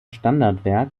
standardwerk